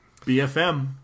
BFM